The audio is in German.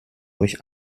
euch